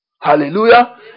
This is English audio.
Hallelujah